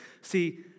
See